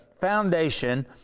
foundation